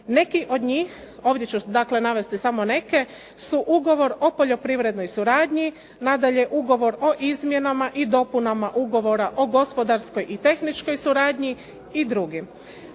Neki od njih, ovdje ću navesti samo neke, su ugovor o poljoprivrednoj suradnji, nadalje Ugovor o izmjenama i dopunama Ugovora o gospodarskoj i tehničkoj suradnji i drugi.